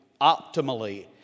optimally